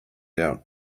out